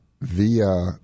via